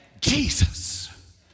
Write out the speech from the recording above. Jesus